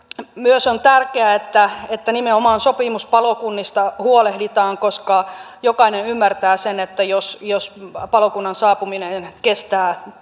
on tärkeää myös että nimenomaan sopimuspalokunnista huolehditaan koska jokainen ymmärtää sen että jos jos palokunnan saapuminen kestää